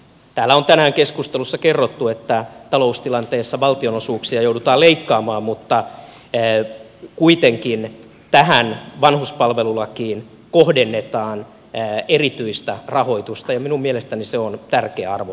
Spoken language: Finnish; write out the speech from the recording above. täällä on tänään keskustelussa kerrottu että taloustilanteessa valtionosuuksia joudutaan leikkaamaan mutta kuitenkin tähän vanhuspalvelulakiin kohdennetaan erityistä rahoitusta ja minun mielestäni se on tärkeä arvovalinta